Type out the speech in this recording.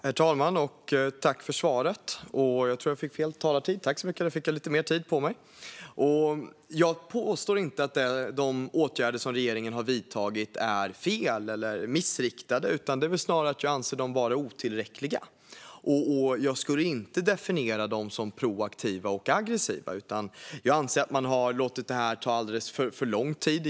Herr talman! Tack, statsrådet, för svaret! Jag påstår inte att de åtgärder som regeringen har vidtagit är fel eller missriktade. Snarare anser jag dem vara otillräckliga. Jag skulle inte definiera dem som proaktiva och aggressiva, utan jag anser att man har låtit det här ta alldeles för lång tid.